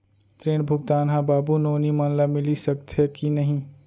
ऋण भुगतान ह बाबू नोनी मन ला मिलिस सकथे की नहीं?